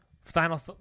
final